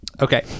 Okay